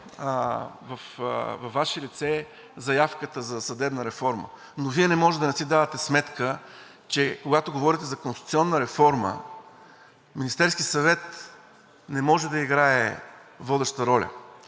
във Ваше лице заявката за съдебна реформа, но Вие не може да не си давате сметка, че когато говорите за конституционна реформа, Министерският съвет не може да играе водеща роля.